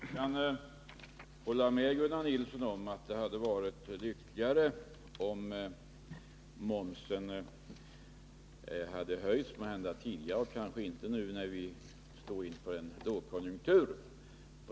Herr talman! Jag kan hålla med Gunnar Nilsson om att det måhända hade varit lyckligare om momsen höjts tidigare och inte nu när vi står inför en lågkonjunktur.